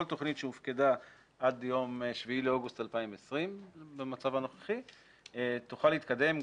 כל תוכנית שהופקדה עד יום 7 באוגוסט 2020 במצב הנוכחי תוכל להתקדם,